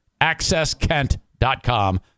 accesskent.com